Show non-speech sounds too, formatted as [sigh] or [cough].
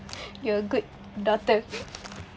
[laughs] you're a good daughter [laughs]